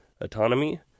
autonomy